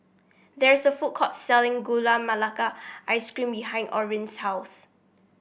there is a food court selling Gula Melaka Ice Cream behind Orin's house